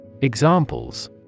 Examples